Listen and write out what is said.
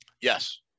Yes